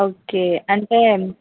okay అంటే